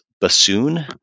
bassoon